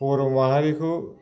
बर' माहारिखौ